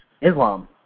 Islam